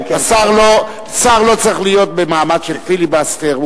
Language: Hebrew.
שר לא צריך להיות במעמד של פיליבסטר.